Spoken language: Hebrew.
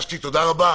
תודה רבה.